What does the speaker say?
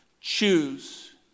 choose